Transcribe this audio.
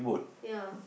ya